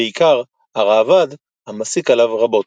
בעיקר הראב"ד המשיג עליו רבות.